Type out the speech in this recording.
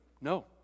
No